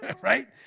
right